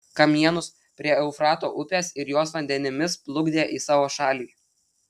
kamienus prie eufrato upės ir jos vandenimis plukdė į savo šalį